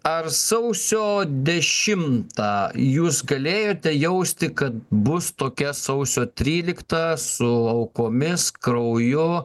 ar sausio dešimtą jūs galėjote jausti kad bus tokia sausio trylikta su aukomis krauju